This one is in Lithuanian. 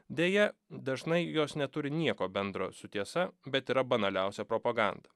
deja dažnai jos neturi nieko bendro su tiesa bet yra banaliausia propaganda